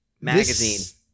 magazine